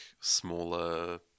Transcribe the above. smaller